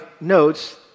notes